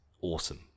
awesome